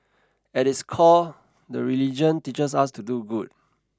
at its core the religion teaches us to do good